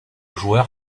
joueur